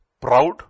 proud